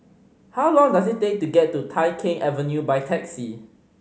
how long does it take to get to Tai Keng Avenue by taxi